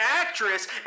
actress